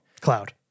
Cloud